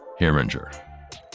Herringer